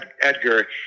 edgar